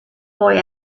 boy